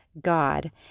God